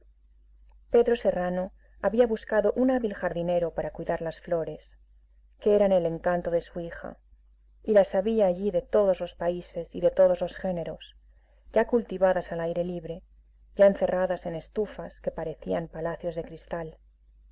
pedro serrano había buscado un hábil jardinero para cuidar las flores que eran el encanto de su hija y las había allí de todos los países y de todos los géneros ya cultivadas al aire libre ya encerradas en estufas que parecían palacios de cristal